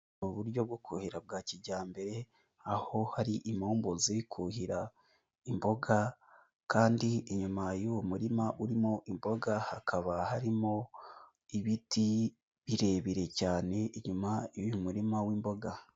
Uburyo bwo kuhira bwa kijyambere aho hari impombo ziri kuhira imboga, kandi inyuma y'uwo murima urimo imboga, hakaba harimo ibiti birebire cyane inyuma y'uyu murima w'imboga.